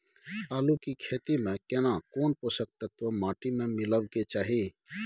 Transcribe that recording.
आलू के खेती में केना कोन पोषक तत्व माटी में मिलब के चाही?